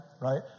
right